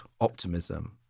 optimism